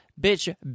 Bitch